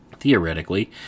Theoretically